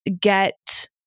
get